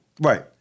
Right